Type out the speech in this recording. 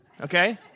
Okay